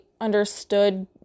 understood